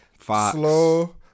Slow